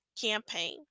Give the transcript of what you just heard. Campaign